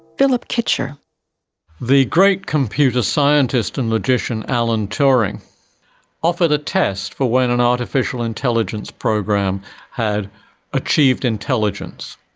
philip kitcher the great computer scientist and logician alan turing offered a test for when an artificial intelligence program had achieved intelligence.